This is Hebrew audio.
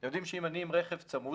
אתם יודעים שאם אני עם רכב צמוד,